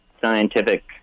scientific